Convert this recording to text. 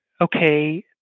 okay